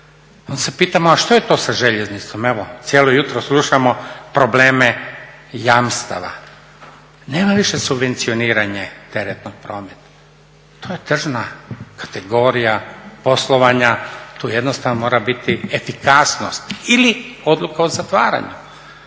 Onda se pitamo a što je to sa željeznicom. Evo cijelo jutro slušamo probleme jamstava. Nema više subvencioniranja teretnog prometa, to je tržna kategorija poslovanja, tu jednostavno mora biti efikasnost ili odluka o zatvaranju.